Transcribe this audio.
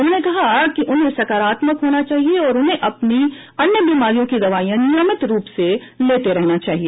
उन्होंने कहा कि उन्हें सकारात्मक होना चाहिए और उन्हें अपनी अन्य बीमारियों की दवाइयां नियमित रूप से लेते रहना चाहिए